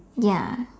ya